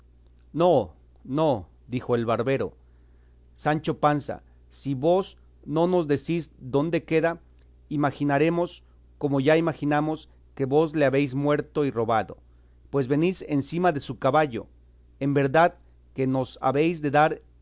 no no dijo el barbero sancho panza si vos no nos decís dónde queda imaginaremos como ya imaginamos que vos le habéis muerto y robado pues venís encima de su caballo en verdad que nos habéis de dar